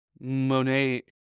Monet